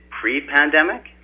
pre-pandemic